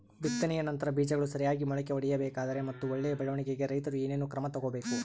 ಬಿತ್ತನೆಯ ನಂತರ ಬೇಜಗಳು ಸರಿಯಾಗಿ ಮೊಳಕೆ ಒಡಿಬೇಕಾದರೆ ಮತ್ತು ಒಳ್ಳೆಯ ಬೆಳವಣಿಗೆಗೆ ರೈತರು ಏನೇನು ಕ್ರಮ ತಗೋಬೇಕು?